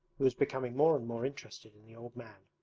who was becoming more and more interested in the old man.